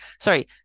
Sorry